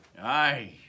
Aye